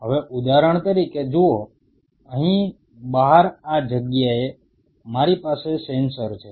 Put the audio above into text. હવે ઉદાહરણ તરીકે જુઓ અહીં બહાર આ જગ્યાએ મારી પાસે સેન્સર છે